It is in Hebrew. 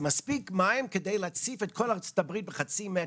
זה מספיק מים כדי להציף את כל ארצות הברית בחצי מטר,